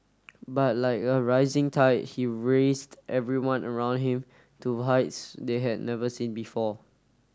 but like a rising tide he raised everyone around him to heights they had never seen before